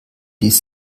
ist